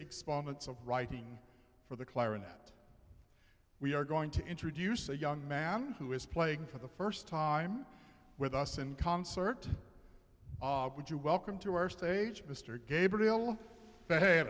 exponents of writing for the clarinet we are going to introduce a young man who is playing for the first time with us in concert would you welcome to our stage mr gabriel